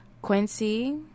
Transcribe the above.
Quincy